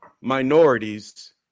minorities